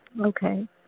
Okay